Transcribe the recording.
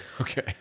Okay